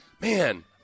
man